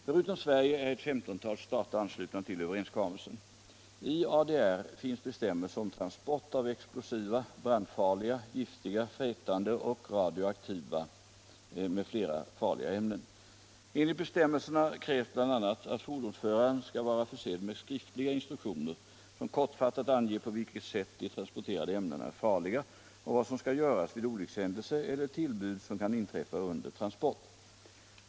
Förutom Sverige är ett 15-tal stater anslutna till överenskommelsen, I ADR finns bestämmelser om transport av explosiva, brandfarliga, giftiga, frätande och radioaktiva m.fl. farliga ämnen. Enligt bestämmelserna krävs bl.a. att fordonsföraren skall vara försedd med skriftliga instruktioner som kortfattat anger på vilket sätt de transporterade ämnena är farliga och vad som skall göras vid olyckshändelse eller tillbud som kan inträffa under transport.